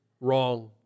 wrong